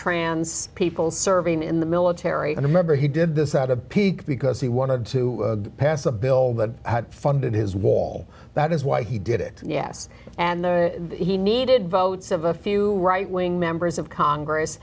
trans people serving in the military and remember he did this out of pique because he wanted to pass a bill that funded his war that is why he did it yes and there he needed votes of a few right wing members of congress